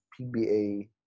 PBA